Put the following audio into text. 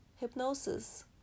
hypnosis